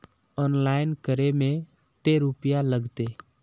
Online करे में ते रुपया लगते?